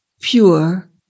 pure